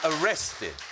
arrested